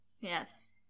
Yes